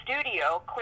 studio